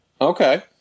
Okay